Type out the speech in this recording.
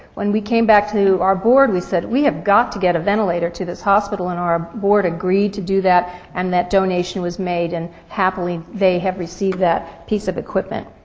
when we came back to our board, we said we have got to get a ventilator to this hospital, and our board agreed to do that and that donation was made and happily they have received that piece of equipment.